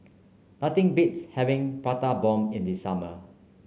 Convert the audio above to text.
nothing beats having Prata Bomb in the summer